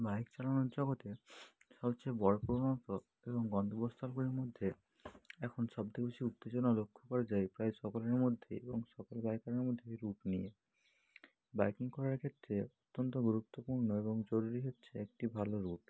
bike চালানোর জগতে সবচেয়ে বড় এবং গন্তব্যস্থলগুলির মধ্যে এখন সবথেকে বেশি উত্তেজনা লক্ষ করা যায় প্রায় সকলেরই মধ্যে এবং সকল বাইকারের মধ্যেই রুট নিয়ে বাইকিং করার ক্ষেত্রে অত্যন্ত গুরুত্বপূর্ণ এবং জরুরি হচ্ছে একটি ভালো রুট